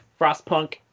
Frostpunk